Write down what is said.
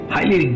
Highly